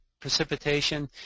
Precipitation